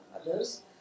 others